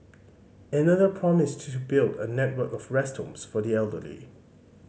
another promised to build a network of rest homes for the elderly